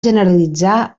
generalitzar